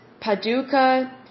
Paducah